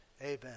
amen